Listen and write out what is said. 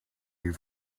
you